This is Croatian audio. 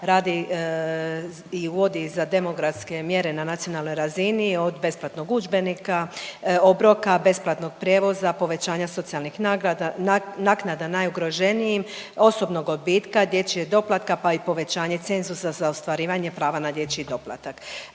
radi i vodi za demografske mjere na nacionalnoj razini od besplatnog udžbenika, obroka, besplatnog prijevoza, povećanja socijalnih naknada najugroženijim, osobnog odbitka, dječjeg doplatka pa i povećanje cenzusa za ostvarivanje prava na dječji doplatak.